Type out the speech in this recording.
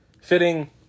fitting